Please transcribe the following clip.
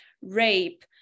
rape